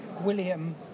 William